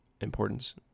importance